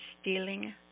Stealing